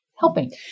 Helping